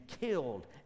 killed